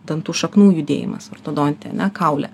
dantų šaknų judėjimas ortodonte ar ne kaule